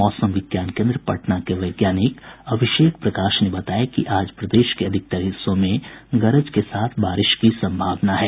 मौसम विज्ञान केन्द्र पटना के वैज्ञानिक अभिषेक प्रकाश ने बताया कि आज प्रदेश के अधिकांश हिस्सों में गरज के साथ बारिश की सम्भावना है